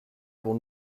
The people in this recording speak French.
pour